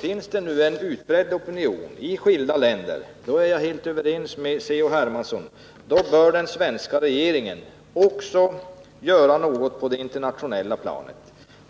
Finns det en utbredd opinion i skilda länder, då är jag helt överens med Carl-Henrik Hermansson om att den svenska regeringen bör göra något på det internationella planet.